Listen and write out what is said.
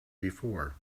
before